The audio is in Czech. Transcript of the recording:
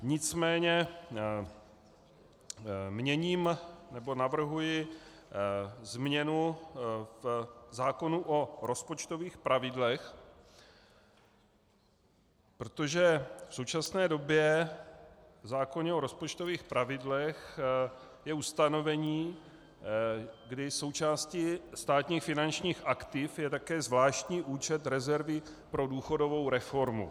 Nicméně měním, nebo navrhuji změnu zákona o rozpočtových pravidlech, protože v současné době v zákoně o rozpočtových pravidlech je ustanovení, kdy součástí státních finančních aktiv je také zvláštní účet rezervy pro důchodovou reformu.